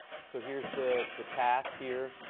so here's the the task here.